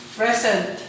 present